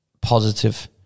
positive